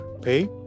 pay